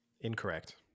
Incorrect